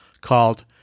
called